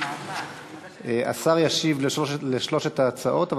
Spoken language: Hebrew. השר ישיב על שלוש ההצעות,